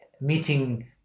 meeting